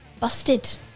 Busted